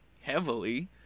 heavily